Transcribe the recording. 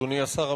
אדוני השר,